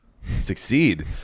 succeed